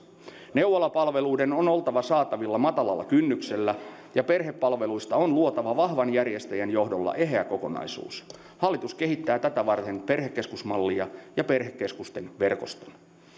neuvolapalveluiden on oltava saatavilla matalalla kynnyksellä ja perhepalveluista on luotava vahvan järjestäjän johdolla eheä kokonaisuus hallitus kehittää tätä varten perhekeskusmallia ja perhekeskusten verkostoa